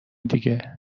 دیگه